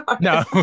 no